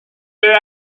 where